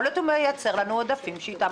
יכול להיות הוא מייצר לנו עודפים שאיתם